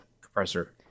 compressor